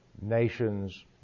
nations